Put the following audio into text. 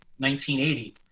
1980